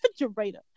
refrigerator